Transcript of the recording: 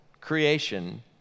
creation